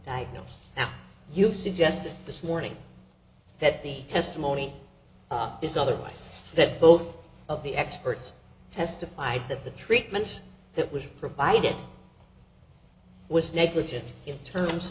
diagnosed now you've suggested this morning that the testimony is otherwise that both of the experts testified that the treatment that was provided was negligent in terms